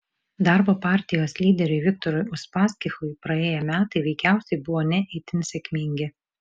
darbo partijos lyderiui viktorui uspaskichui praėję metai veikiausiai buvo ne itin sėkmingi